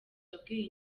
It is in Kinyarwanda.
yabwiye